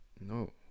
no